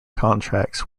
contracts